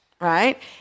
right